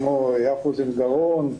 כמו אף אוזן גרון,